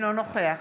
אינו נוכח